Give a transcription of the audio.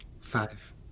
Five